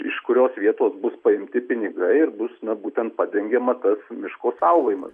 iš kurios vietos bus paimti pinigai bus na būtent padengiama tas miško saugojimas